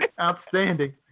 Outstanding